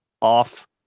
off